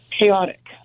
chaotic